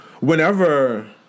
whenever